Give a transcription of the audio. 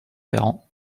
ferrand